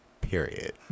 Period